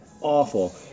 Awful